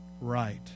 right